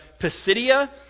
Pisidia